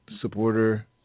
supporter